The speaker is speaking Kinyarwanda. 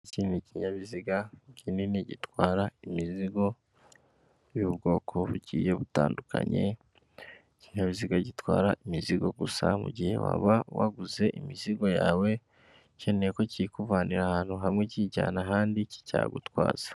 Iki ni ikinyabiziga kinini gitwara imizigo y'ubwoko bugiye butandukanye, ikinyabiziga gitwara imizigo gusa mu gihe waba waguze imizigo yawe, ukeneye ko kiyikuvanira ahantu hamwe kiyijyana ahandi iki cyagutwaza.